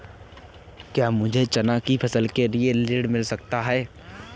क्या मुझे चना की फसल के लिए ऋण मिल सकता है?